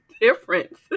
difference